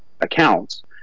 accounts